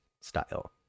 style